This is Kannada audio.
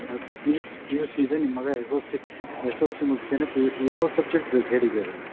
up to P U C P U C ಇದೆ ನಿಮ್ಮ ಮಗ S L C S L C ಮುಗ್ಸಿದ್ದಾನೆ ಪಿ ಯು ಸಿ ಯಾವ ಸಬ್ಜೆಕ್ಟ್ ಬೇಕು ಹೇಳಿ ಬೇಗ ಬೇಗ